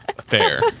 Fair